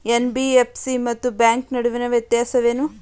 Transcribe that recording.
NBFC ಮತ್ತು bank ನಡುವಿನ ವ್ಯತ್ಯಾಸವೇನು?